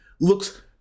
looks